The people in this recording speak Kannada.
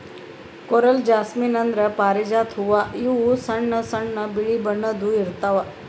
ಕೊರಲ್ ಜಾಸ್ಮಿನ್ ಅಂದ್ರ ಪಾರಿಜಾತ ಹೂವಾ ಇವು ಸಣ್ಣ್ ಸಣ್ಣು ಬಿಳಿ ಬಣ್ಣದ್ ಇರ್ತವ್